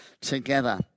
together